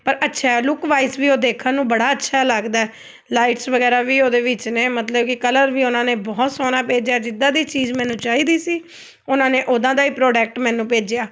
ਪਰ ਅੱਛਾ look wise ਵੀ ਉਹ ਦੇਖਣ ਨੂੰ ਬੜਾ ਅੱਛਾ ਲੱਗਦਾ ਲਾਈਟਸ ਵਗੈਰਾ ਵੀ ਉਹਦੇ ਵਿੱਚ ਨੇ ਮਤਲਬ ਕਿ ਕਲਰ ਵੀ ਉਹਨਾਂ ਨੇ ਬਹੁਤ ਸੋਹਣਾ ਭੇਜਿਆ ਜਿੱਦਾਂ ਦੀ ਚੀਜ਼ ਮੈਨੂੰ ਚਾਹੀਦੀ ਸੀ ਉਹਨਾਂ ਨੇ ਉੱਦਾਂ ਦਾ ਹੀ ਪ੍ਰੋਡਕਟ ਮੈਨੂੰ ਭੇਜਿਆ